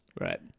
Right